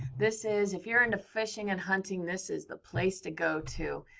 this is. if you're into fishing and hunting, this is the place to go to.